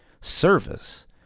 service